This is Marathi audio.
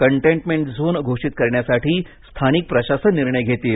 कंटेनमेंट झोन घोषित करण्यासाठी स्थानिक प्रशासन निर्णय घेतील